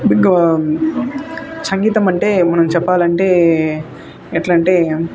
బిగువ సంగీతం అంటే అది మనం చెప్పాలి అంటే ఎట్లా అంటే